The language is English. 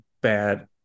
bad